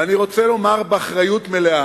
ואני רוצה לומר באחריות מלאה: